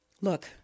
Look